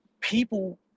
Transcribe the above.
people